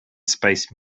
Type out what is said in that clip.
space